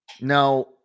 Now